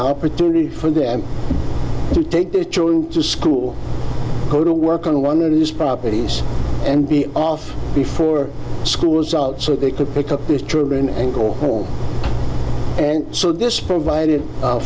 opportunity for them to take their children to school go to work on one of these properties and be off before school was out so they could pick up these children and go home and so this